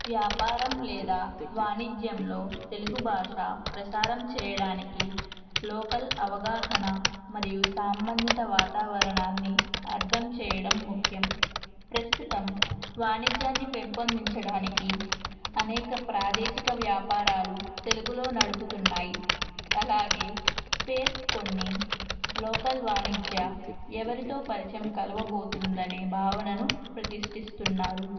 వ్యాపారం లేదా వాణిజ్యంలో తెలుగు భాష ప్రసారం చేయడానికి లోకల్ అవగాహన మరియు సంబంధిత వాతావరణాన్ని అర్థం చేయడం ముఖ్యం ప్రస్తుతం వాణిజ్యాన్ని పెంపొందించడానికి అనేక ప్రాదేశిక వ్యాపారాలు తెలుగులో నడుపుతున్నాయి అలాగే పేర్కొన్ని లోకల్ వాణిజ్య ఎవరితో పరిచయం కలవబోతుందని భావనను ప్రతిష్టిస్తున్నారు